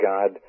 God